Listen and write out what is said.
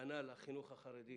כנ"ל החינוך החרדי,